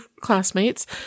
classmates